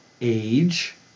age